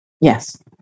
Yes